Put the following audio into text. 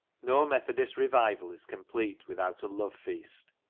no methodist revival is complete without a lovefeast,